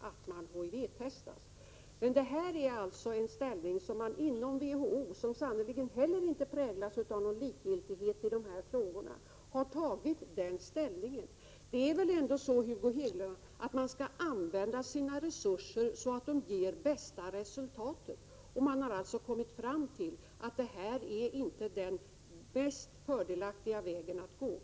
Detta är den ståndpunkt som man intagit inom WHO, som sannerligen inte heller präglas av någon likgiltighet för dessa frågor.